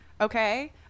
Okay